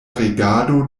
regado